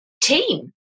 team